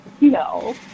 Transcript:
No